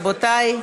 גברתי,